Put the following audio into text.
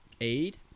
eight